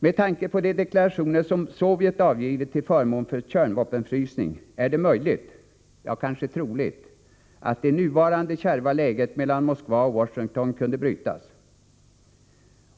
Med tanke på de deklarationer som Sovjet avgivit till förmån för en kärnvapenfrysning är det möjligt — ja, kanske troligt — att det nuvarande kärva läget i relationerna mellan Moskva och Washington skulle kunna brytas.